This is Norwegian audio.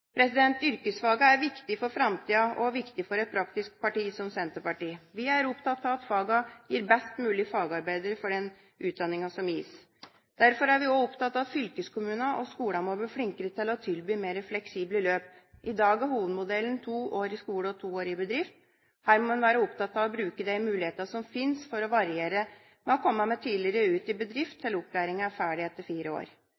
er viktig for framtida og viktig for et praktisk parti som Senterpartiet. Vi er opptatt av at fagene gir best mulige fagarbeidere for den utdanninga som gis. Derfor er vi også opptatt av at fylkeskommunene og skolene må bli flinkere til å tilby mer fleksible løp. I dag er hovedmodellen to år i skole og to år i bedrift. Her må en være opptatt av å bruke de mulighetene som finnes, for å variere med å komme tidligere ut i bedrift til opplæringen er ferdig etter fire år.